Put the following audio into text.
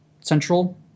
Central